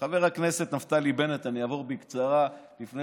חבר הכנסת נפתלי בנט, אני אעבור בקצרה לפני,